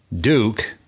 Duke